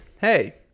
hey